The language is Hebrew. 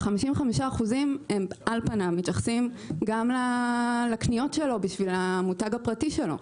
ש-55% מתייחסים על פניהם גם לקניות שלו בשביל המותג הפרטי שלו.